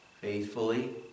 faithfully